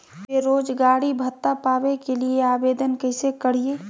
बेरोजगारी भत्ता पावे के लिए आवेदन कैसे करियय?